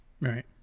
Right